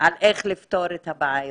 על איך לפתור את הבעיות.